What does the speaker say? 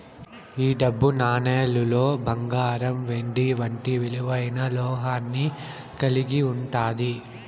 ఈ డబ్బు నాణేలులో బంగారం వెండి వంటి విలువైన లోహాన్ని కలిగి ఉంటాది